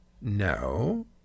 no